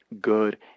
good